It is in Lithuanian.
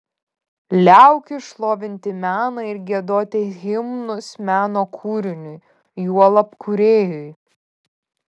liaukis šlovinti meną ir giedoti himnus meno kūriniui juolab kūrėjui